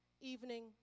evening